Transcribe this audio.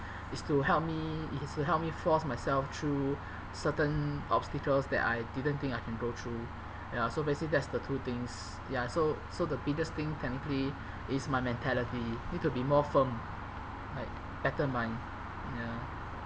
is to help me is to help me force myself through certain obstacles that I didn't think I can go through ya so basically that's the two things ya so so the biggest thing technically is my mentality need to be more firm like better mind ya